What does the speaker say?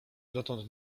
dotąd